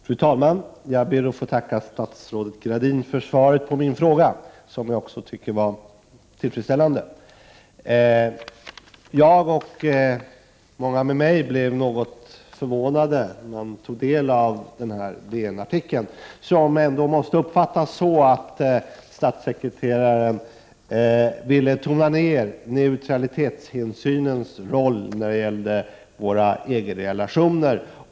Fru talman! Jag ber att få tacka statsrådet Gradin för svaret på min fråga, som jag tycker är tillfredsställande. Jag och många med mig blev något förvånade över den här DN-artikeln. Den måste ändå uppfattas så, att statssekreteraren ville tona ned neutralitetshänsynens roll när det gäller våra EG-relationer.